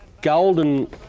Golden